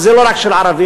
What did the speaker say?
וזה לא רק של ערבים,